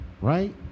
Right